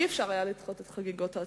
לא היה אפשר לדחות את חגיגות העצמאות.